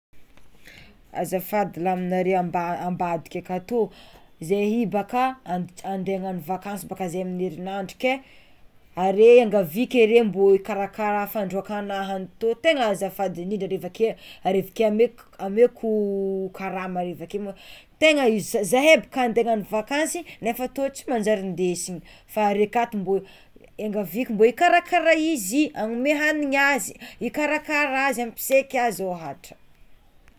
Azafady aminareo amba- ambadika akato zey io baka and- ande hagnano vakansy baka zey amin'ny erignandro io ke are engaviko ere mba hikarakara fandroàkanah an tô tegna azafady ndrindra re avake ameko ameko karama are avake ma tegna izy zahe baka ande hagnano vakansy nefa tô tsy manjary ndesina fa are kato mba engaviko mba hikarakara izy hanome hagniny azy hikarakara azy ampiseky azy ôhatra.